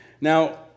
Now